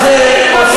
על זה מדובר.